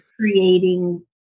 creating